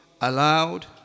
allowed